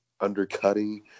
undercutting